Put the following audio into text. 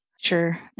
Sure